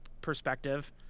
perspective